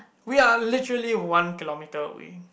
we are literally one kilo meter away